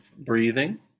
breathing